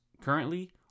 currently